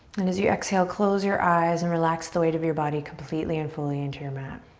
and as you exhale, close your eyes and relax the weight of your body completely and fully into your mat.